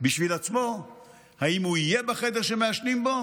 בשביל עצמו אם הוא יהיה בחדר שמעשנים בו